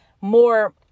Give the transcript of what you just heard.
more